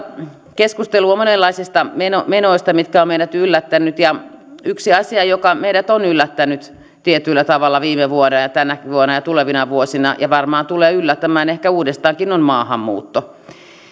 keskustelua monenlaisista menoista mitkä ovat meidät yllättäneet ja yksi asia joka meidät on tietyllä tavalla yllättänyt viime vuonna ja tänäkin vuonna ja tulevina vuosina ja varmaan tulee yllättämään ehkä uudestaankin on maahanmuutto